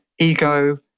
ego